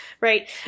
right